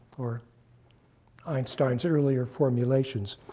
or einstein's earlier formulations.